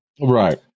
Right